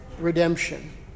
redemption